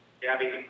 Gabby